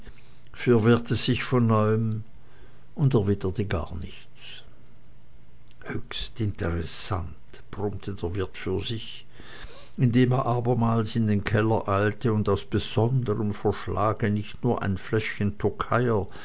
verwirrte sich von neuem und erwiderte gar nichts höchst interessant brummte der wirt für sich indem er abermals in den keller eilte und aus besonderm verschlage nicht nur ein fläschchen